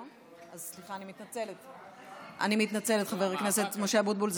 סליחה, אני מתנצלת, חבר הכנסת משה אבוטבול.